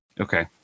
Okay